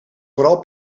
vooral